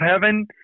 heaven